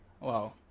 Wow